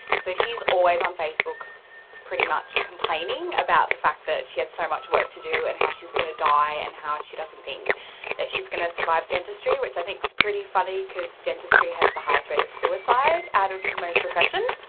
so she is always on facebook pretty much complaining about the fact that she has so much work to do and how she is going to die and how she doesn't think that she is going to survive dentistry, which i think is pretty funny, because dentistry has the highest rate of suicide out of most professions.